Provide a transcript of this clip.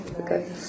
Okay